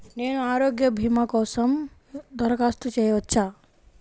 నేను ఆరోగ్య భీమా కోసం దరఖాస్తు చేయవచ్చా?